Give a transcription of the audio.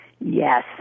Yes